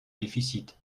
déficit